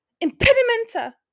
Impedimenta